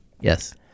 Yes